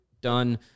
done